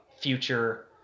future